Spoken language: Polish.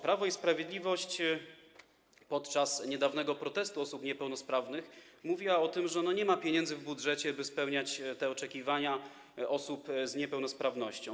Prawo i Sprawiedliwość podczas niedawnego protestu osób niepełnosprawnych mówiło o tym, że nie ma pieniędzy w budżecie, by spełniać te oczekiwania osób z niepełnosprawnością.